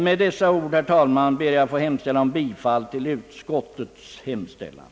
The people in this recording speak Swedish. Med dessa ord, herr talman, ber jag att få yrka bifall till utskottets hemställan.